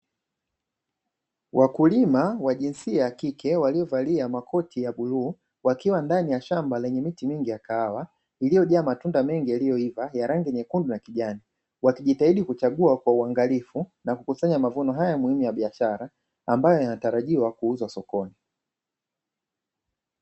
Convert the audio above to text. Wakulima wa jinsia ya kike waliovalia makoti ya bluu, wakiwa ndani ya shamba lenye miti mingi ya kahawa, iliyojaa matunda mengi yaliyoiva ya rangi nyekundu na kijani, wakijitahidi kuchagua kwa uangalifu na kukusanya mavuno haya muhimu ya biashara ambayo yanatarajiwa kuuzwa sokoni.